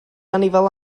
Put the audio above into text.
anifail